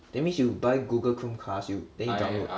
that means you buy Google Chromecast you then you download